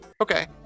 okay